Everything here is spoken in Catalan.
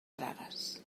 tragues